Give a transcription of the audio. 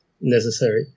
necessary